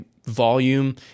volume